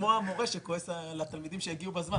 איך בכל נושא שני שחקנים ביחד.